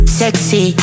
sexy